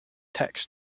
text